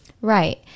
Right